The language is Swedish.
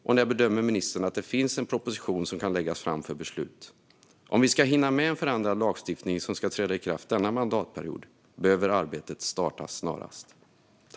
Och när bedömer ministern att finns en proposition som kan läggas fram för beslut? Om vi ska hinna med en förändrad lagstiftning som kan träda i kraft denna mandatperiod behöver arbetet startas snarast.